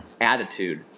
attitude